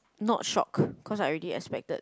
not shocked cause I already expected